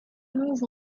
move